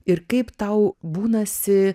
ir kaip tau būnasi